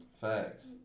Facts